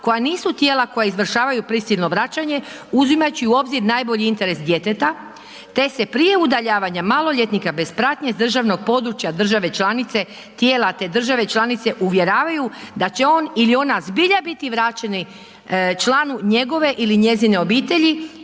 koja nisu tijela koja izvršavaju prisilno vraćanje, uzimajući u obzir najbolji interes djeteta te se prije udaljavanja maloljetnika bez pratnje s državnog područja države članice tijela te države članice uvjeravaju da će on ili ona zbilja biti vraćeni članu njegove ili njezine obitelji,